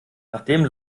nachdem